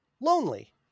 Lonely